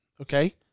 okay –